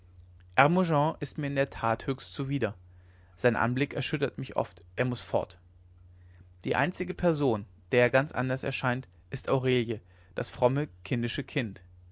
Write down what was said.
ist mir in der tat höchst zuwider sein anblick erschüttert mich oft er muß fort die einzige person der er ganz anders erscheint ist aurelie das fromme kindische kind